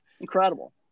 incredible